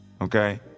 Okay